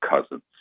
Cousins